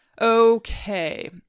Okay